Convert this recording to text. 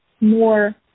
more